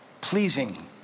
pleasing